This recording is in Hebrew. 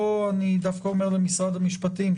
פה אני אומר למשרד המשפטים,